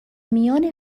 میان